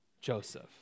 Joseph